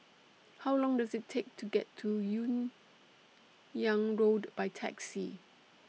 How Long Does IT Take to get to Hun Yeang Road By Taxi